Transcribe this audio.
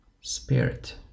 spirit